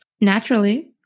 Naturally